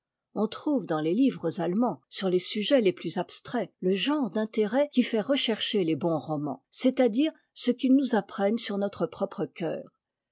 on trouve dans les livres allemands sur les sujets les plus abstraits le genre d'intérêt qui fait rechercher les bons romans c'est-à-dire ce qu'ils nous apprennent sur notre propre cœur